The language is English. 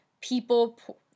people